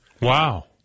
Wow